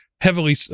heavily